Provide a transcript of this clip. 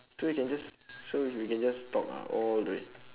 so you can just so we can just talk ah all the way